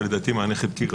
אבל לדעתי מענה חלקי.